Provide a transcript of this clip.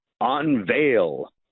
unveil